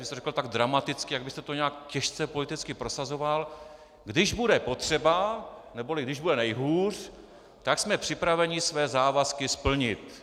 Vy jste to řekl tak dramaticky, jako byste to nějak těžce politicky prosazoval: Když bude potřeba, neboli když bude nejhůř, tak jsme připraveni své závazky splnit.